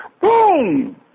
Boom